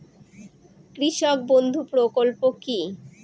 কৃষক বন্ধু প্রকল্প কি?